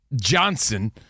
Johnson